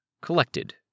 collected